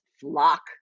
flock